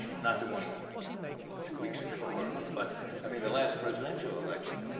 not the one two weeks ago or but i mean, the last presidential election.